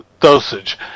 dosage